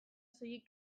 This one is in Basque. soilik